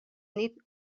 nit